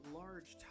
large